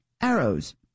arrows